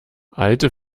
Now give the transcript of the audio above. alte